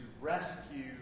rescue